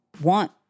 want